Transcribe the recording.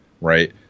right